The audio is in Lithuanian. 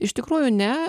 iš tikrųjų ne